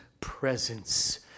presence